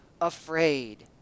Afraid